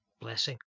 blessing